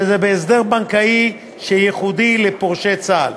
שזה בהסדר בנקאי שייחודי לפורשי צה"ל.